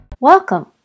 Welcome